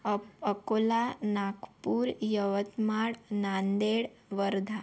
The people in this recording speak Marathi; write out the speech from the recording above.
अप् अकोला नागपूर यवतमाळ नांदेड वर्धा